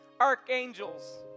archangels